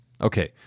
Okay